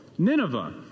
Nineveh